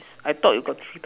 I thought you got three